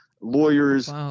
lawyers